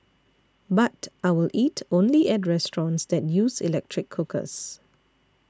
but I will eat only at restaurants that use electric cookers